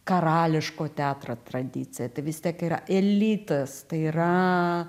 karališko teatro tradicija tai vis tiek yra elitas tai yra